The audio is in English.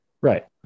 right